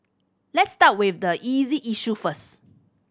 let's start with the easy issue first